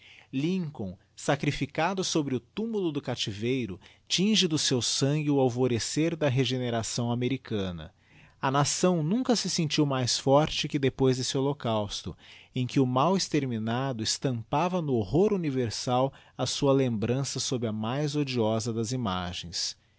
lincoln sacrificado sobre o tumulo do captiveiro tinge do seu sangue o alvorecer da regeneração americana a nação nunca se sentiu mais forte que depois desse holocausto em que o mal exterminado estampava no horror universal a sua lembrança sob a mais odiosa das imagens